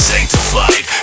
Sanctified